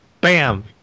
bam